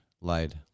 Lied